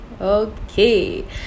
Okay